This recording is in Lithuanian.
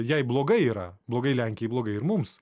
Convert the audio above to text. jai blogai yra blogai lenkijai blogai ir mums